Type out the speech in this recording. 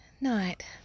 Night